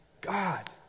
God